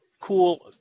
cool